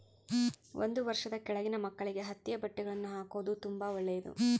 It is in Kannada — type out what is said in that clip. ಒಂದು ವರ್ಷದ ಕೆಳಗಿನ ಮಕ್ಕಳಿಗೆ ಹತ್ತಿಯ ಬಟ್ಟೆಗಳ್ನ ಹಾಕೊದು ತುಂಬಾ ಒಳ್ಳೆದು